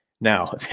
Now